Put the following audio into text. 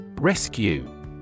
Rescue